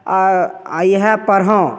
आ इएह पर हँ